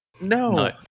No